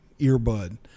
earbud